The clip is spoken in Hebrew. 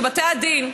שבתי הדין,